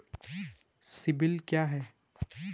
CIBIL क्या है?